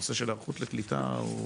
הנושא של היערכות לקליטה הוא